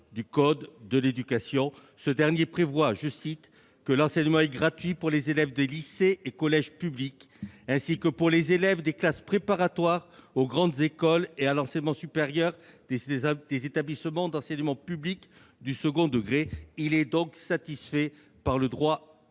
du code de l'éducation. Ce dernier prévoit que « l'enseignement est gratuit pour les élèves des lycées et collèges publics, ainsi que pour les élèves des classes préparatoires aux grandes écoles et à l'enseignement supérieur des établissements d'enseignement public du second degré ». L'amendement est donc satisfait par le droit